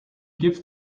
gives